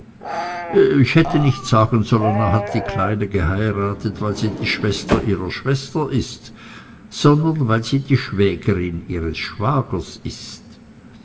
ich hätte nicht sagen sollen er hat die kleine geheiratet weil sie die schwester ihrer schwester ist sondern weil sie die schwägerin ihres schwagers ist